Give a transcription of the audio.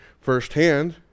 firsthand